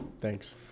thanks